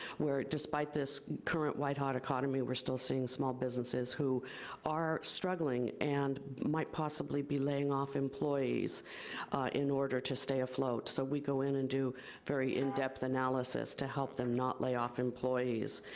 where, despite this current white-hot economy, we're still seeing small businesses who are struggling and might possibly be laying off employees in order to stay afloat, so we go in and do very in-depth analysis to help them not layoff employees.